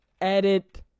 edit